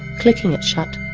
clicking it shut,